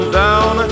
down